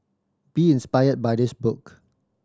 be inspired by this book